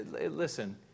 Listen